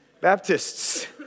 Baptists